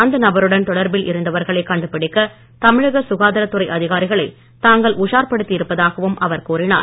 அந்த நபருடன் தொடர்பில் இருந்தவர்களை கண்டுபிடிக்க தமிழக சுகாதார துறை அதிகாரிகளை தாங்கள் உஷார்படுத்தி இருப்பதாகவும் அவர் கூறினார்